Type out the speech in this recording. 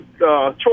choice